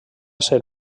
ser